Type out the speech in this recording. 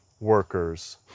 workers